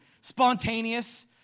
spontaneous